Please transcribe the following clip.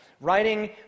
writing